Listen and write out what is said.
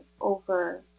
over